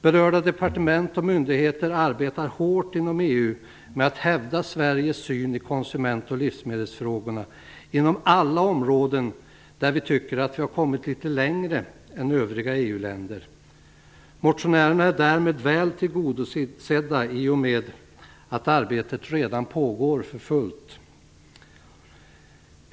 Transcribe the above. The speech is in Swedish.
Berörda departement och myndigheter arbetar hårt inom EU med att hävda Sveriges syn i konsument och livsmedelsfrågorna inom alla områden där vi tycker att vi har kommit litet längre än övriga EU-länder. Motionärerna är väl tillgodosedda i och med att arbetet redan pågår för fullt.